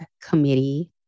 committee